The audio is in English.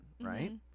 right